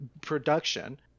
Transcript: production